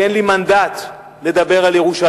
כי אין לי מנדט לדבר על ירושלים,